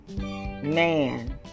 man